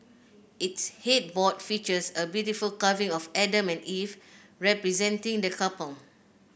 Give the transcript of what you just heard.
its headboard features a beautiful carving of Adam and Eve representing the couple